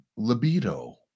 libido